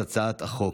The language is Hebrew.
להציג את הצעת החוק.